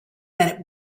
that